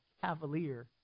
cavalier